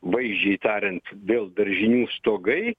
vaizdžiai tariant vėl daržinių stogai